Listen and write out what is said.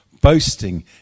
Boasting